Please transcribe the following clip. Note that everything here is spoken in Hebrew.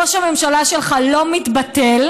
ראש הממשלה שלך לא מתבטל,